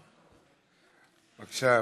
בבקשה.